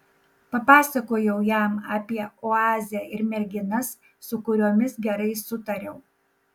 papasakojau jam apie oazę ir merginas su kuriomis gerai sutariau